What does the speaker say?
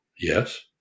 Yes